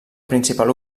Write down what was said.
principal